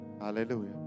Hallelujah